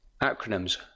Acronyms